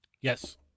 Yes